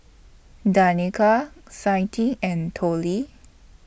Danika Clytie and Tollie